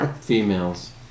Females